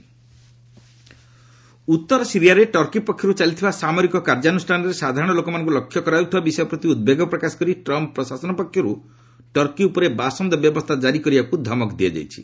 US Netherland ଉତ୍ତର ସିରିଆରେ Turkey ପକ୍ଷରୁ ଚାଲିଥିବା ସାମରିକ କାର୍ଯ୍ୟାନୁଷ୍ଠାନରେ ସାଧାରଣ ଲୋକମାନଙ୍କୁ ଲକ୍ଷ୍ୟ କରାଯାଉଥିବା ବିଷୟ ପ୍ରତି ଉଦ୍ବେଗ ପ୍ରକାଶ କରି ଟ୍ରମ୍ପ୍ ପ୍ରଶାସନ ପକ୍ଷରୁ ଟର୍କୀ ଉପରେ ବାସନ୍ଦ ବ୍ୟବସ୍ଥା କାରି କରିବାକୁ ଧମକ ଦିଆଯାଇଛି